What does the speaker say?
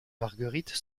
marguerite